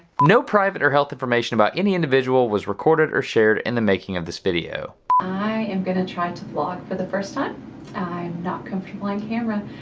no private or health information about any individual was recorded or shared in the making of this video i am gonna try to vlog for the first time. and i'm not comfortable on camera,